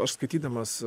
aš skaitydamas